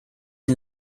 den